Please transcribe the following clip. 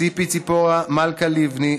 ציפי ציפורה מלכה לבני,